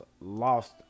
lost